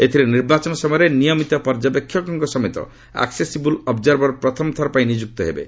ଏଥର ନିର୍ବାଚନ ସମୟରେ ନିୟମିତ ପର୍ଯ୍ୟବେକ୍ଷଙ୍କ ସମେତ ଆକ୍ୱେସିବୁଲ୍ ଅବ୍ଜରବର୍ ପ୍ରଥମଥର ପାଇଁ ନିଯୁକ୍ତ ହେବେ